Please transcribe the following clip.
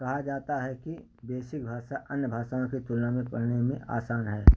कहा जाता है कि बेसिक भाषा अन्य भाषाओं की तुलना में पढ़ने में आसान है